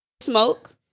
smoke